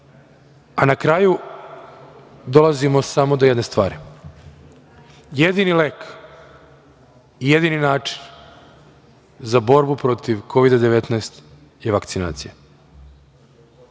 a na kraju dolazimo do samo jedne stvari, jedini lek i jedini način za borbu protiv Kovida-19 je vakcinacija. Čak